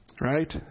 Right